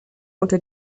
unter